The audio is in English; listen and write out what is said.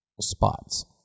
spots